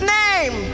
name